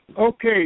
okay